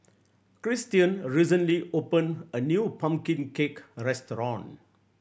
Christian recently opened a new pumpkin cake restaurant